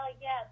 yes